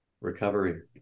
recovery